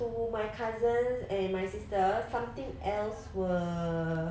to my cousins and my sister something else were